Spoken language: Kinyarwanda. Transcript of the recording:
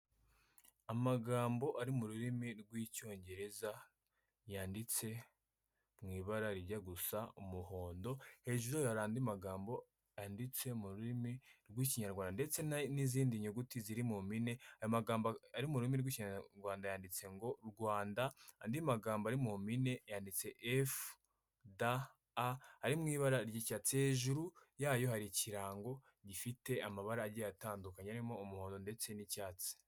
Amagambo ari mu rurimi rw'icyongereza yanditse mu ibara rijya gusa umuhondo hejuru hari andi magambo yanditse mu rurimi rw'ikinyarwanda ndetse n'izindi nyuguti ziri mu mpine. Ayagambo ari mu rurimi rw'ikinyarwanda yanditse ngo Rwanda. Andi magambo ari mu mpine yanditse ngo FDA ari mu ibara ry'icyatsi hejuru yayo hari ikirango gifite amabara agiye atandukanye arimo umuhondo ndetse n'icyatsi.